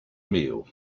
meal